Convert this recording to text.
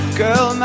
girl